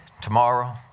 tomorrow